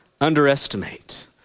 underestimate